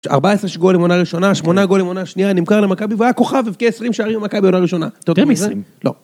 14 גולים לעונה ראשונה, 8 גולים לעונה שנייה, נמכר למכבי והיה כוכב הבקיע 20 שערים במכבי לעונה ראשונה. אתה יודע מי זה?